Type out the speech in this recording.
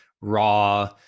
raw